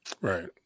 Right